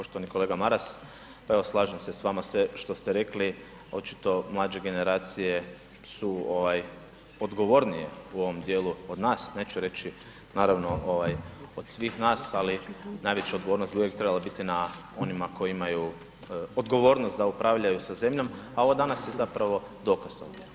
Poštovani kolega Maras, pa evo slažem se s vama sve što ste rekli, očito mlađe generacije su odgovornije u ovom dijelu od nas, neću reći naravno ovaj od svih nas, ali najveća odgovornost bi uvijek trebala biti na onima koji imaju odgovornost da upravljaju sa zemljom, a ovo danas je zapravo dokaz ovdje.